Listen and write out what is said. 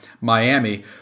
Miami